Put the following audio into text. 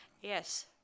Yes